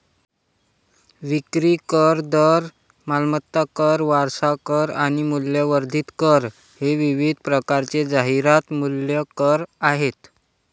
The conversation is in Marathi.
विक्री कर, दर, मालमत्ता कर, वारसा कर आणि मूल्यवर्धित कर हे विविध प्रकारचे जाहिरात मूल्य कर आहेत